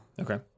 Okay